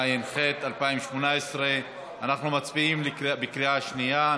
התשע"ח 2018. אנחנו מצביעים בקריאה שנייה.